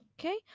Okay